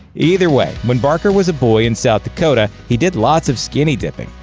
either way, when barker was a boy in south dakota, he did lots of skinny dipping.